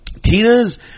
Tina's